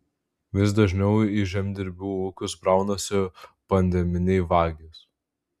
vis dažniau į žemdirbių ūkius braunasi pandeminiai vagys